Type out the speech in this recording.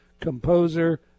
composer